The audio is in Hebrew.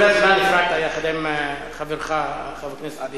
כל הזמן הפרעת יחד עם חברך, חבר הכנסת ביבי.